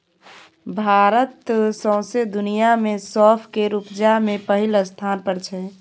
भारत सौंसे दुनियाँ मे सौंफ केर उपजा मे पहिल स्थान पर छै